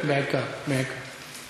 בעיקר, בעיקר.